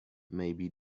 maybe